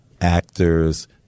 actors